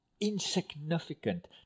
Insignificant